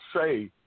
say